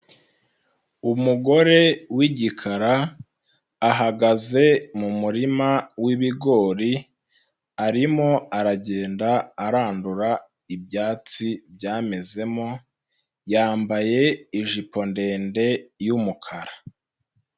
Umugore w'igikara ahagaze mu murima w'ibigori arimo aragenda arandura ibyatsi byamezemo, yambaye ijipo ndende y'umukara.